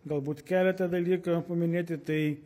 galbūt keletą dalyką paminėti tai